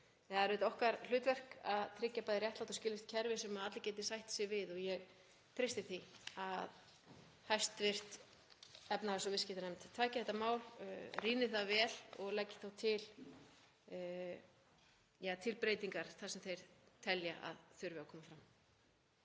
Það er auðvitað okkar hlutverk að tryggja bæði réttlátt og skilvirkt kerfi sem allir geti sætt sig við. Ég treysti því að hv. efnahags- og viðskiptanefnd taki þetta mál, rýni það vel og leggi þá til breytingar þar sem hún telur að þær þurfi að koma fram.